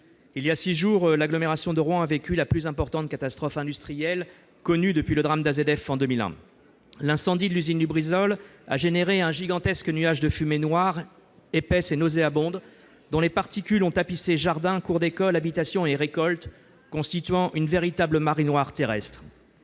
Il y a six jours, l'agglomération de Rouen a vécu la plus importante catastrophe industrielle connue depuis le drame d'AZF en 2001. L'incendie de l'usine Lubrizol a généré un gigantesque nuage de fumée noire épaisse et nauséabonde, dont les particules ont tapissé jardins, cours d'école, habitations et récoltes, constituant une véritable marée noire terrestre.